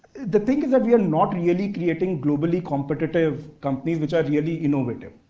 the thing is that we are not really creating globally competitive companies which are really innovative.